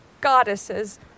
goddesses